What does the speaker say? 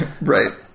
right